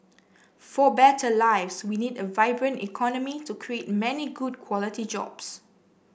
for better lives we need a vibrant economy to create many good quality jobs